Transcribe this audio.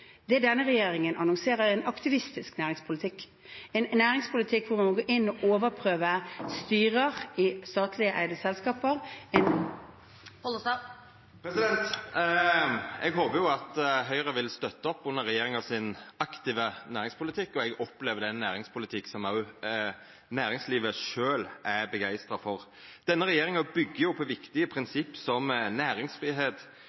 Det denne regjeringen annonserer, er en aktivistisk næringspolitikk – en næringspolitikk hvor man går inn og overprøver og styrer i statlig eide selskaper. Eg håper Høgre vil støtta den aktive næringspolitikken til regjeringa, og eg opplever at det er ein næringspolitikk som òg næringslivet sjølv er begeistra for. Denne regjeringa byggjer på viktige